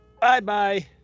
Bye-bye